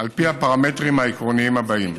על פי הפרמטרים העקרוניים האלה: